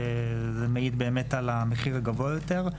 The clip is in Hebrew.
וזה מעיד על המחיר הגבוה יותר.